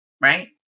right